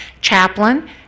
Chaplain